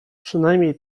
przynajmniej